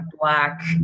black